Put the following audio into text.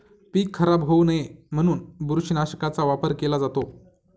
पीक खराब होऊ नये म्हणून बुरशीनाशकाचा वापर केला जातो